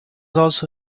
also